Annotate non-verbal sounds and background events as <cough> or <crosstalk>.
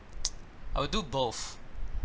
<noise> I would do both